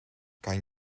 kan